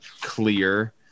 clear